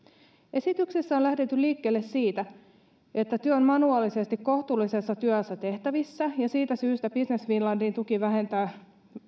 esityksessä on lähdetty liikkeelle siitä että työ on manuaalisesti kohtuullisessa työajassa tehtävissä ja siitä syystä business finlandin tuki vähentää